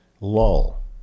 lull